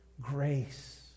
grace